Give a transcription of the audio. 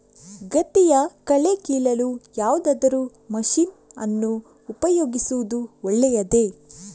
ಗದ್ದೆಯ ಕಳೆ ಕೀಳಲು ಯಾವುದಾದರೂ ಮಷೀನ್ ಅನ್ನು ಉಪಯೋಗಿಸುವುದು ಒಳ್ಳೆಯದೇ?